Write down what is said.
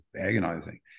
agonizing